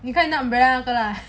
你看你看 umbrella 那个 lah